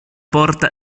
porta